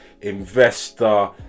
Investor